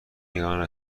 نگران